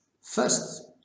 first